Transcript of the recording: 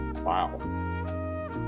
wow